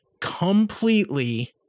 completely